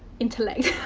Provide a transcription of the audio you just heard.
intellect.